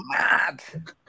mad